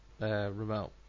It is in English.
remote